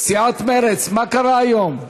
סיעת מרצ, מה קרה היום?